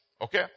Okay